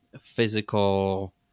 physical